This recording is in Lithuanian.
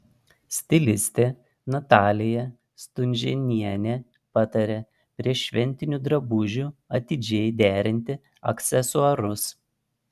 stilistė natalija stunžėnienė pataria prie šventinių drabužių atidžiai derinti aksesuarus